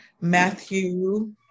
Matthew